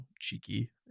cheeky